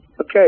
okay